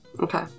Okay